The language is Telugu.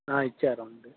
ఇచ్చారమ్మా